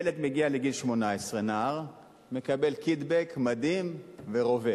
ילד מגיע לגיל 18, נער, מקבל קיטבג, מדים ורובה.